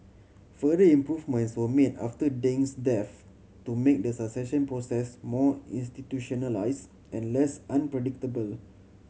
further improvements were made after Deng's death to make the succession process more institutionalised and less unpredictable